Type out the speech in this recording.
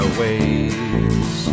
ways